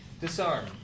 Disarm